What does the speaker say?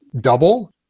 double